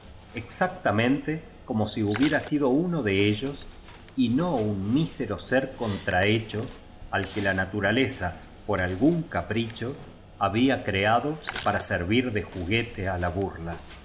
exactamente como si hubiera sido uno de ellos y no un mísero ser contrahecho al que la natura leza por algún capricho había creado para servir de juguete á la burla en